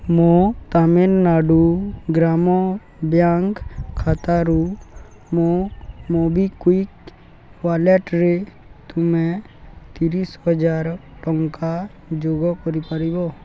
ମୋ ତାମିଲନାଡ଼ୁ ଗ୍ରାମ ବ୍ୟାଙ୍କ ଖାତାରୁ ମୋ ମୋବିକ୍ଵିକ୍ ୱାଲେଟ୍ରେ ତୁମେ ତିରିଶ ହଜାର ଟଙ୍କା ଯୋଗ କରିପାରିବ